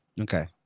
Okay